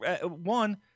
One